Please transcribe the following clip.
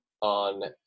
on